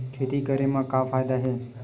खेती करे म का फ़ायदा हे?